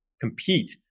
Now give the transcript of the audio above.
compete